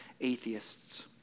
atheists